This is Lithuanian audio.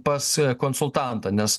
pas konsultantą nes